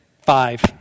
Five